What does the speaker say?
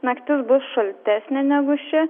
naktis bus šaltesnė negu ši